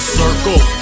circle